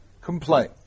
complain